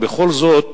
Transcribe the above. בכל זאת,